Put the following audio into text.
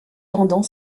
pendant